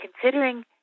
Considering